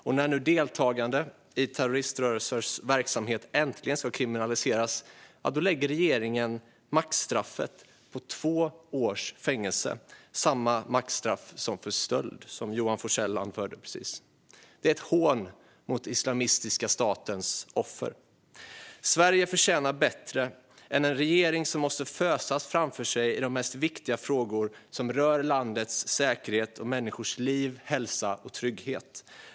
Nu när deltagande i terroriströrelsers verksamhet äntligen ska kriminaliseras lägger regeringen maxstraffet på två års fängelse. Det är samma maxstraff som för stöld, som Johan Forssell sa i sitt anförande. Det är ett hån mot Islamiska statens offer. Sverige förtjänar bättre än en regering som måste fösas framåt i de viktigaste av frågor som rör landets säkerhet och människors liv, hälsa och trygghet.